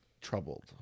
troubled